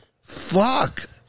Fuck